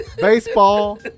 baseball